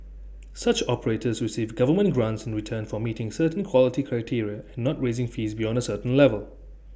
such operators receive government grants in return for meeting certain quality criteria and not raising fees beyond A certain level